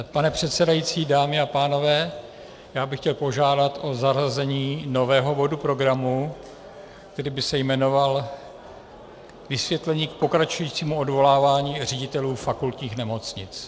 Pane předsedající, dámy a pánové, já bych chtěl požádat o zařazení nového bodu programu, který by se jmenoval Vysvětlení k pokračujícímu odvolávání ředitelů fakultních nemocnic.